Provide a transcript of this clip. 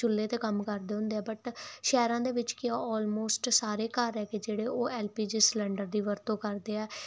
ਚੁੱਲ੍ਹੇ 'ਤੇ ਕੰਮ ਕਰਦੇ ਹੁੰਦੇ ਆ ਬਟ ਸ਼ਹਿਰਾਂ ਦੇ ਵਿੱਚ ਕੀ ਆ ਆਲਮੋਸਟ ਸਾਰੇ ਘਰ ਆ ਕਿ ਜਿਹੜੇ ਉਹ ਐਲ ਪੀ ਜੀ ਸਿਲੰਡਰ ਦੀ ਵਰਤੋਂ ਕਰਦੇ ਆ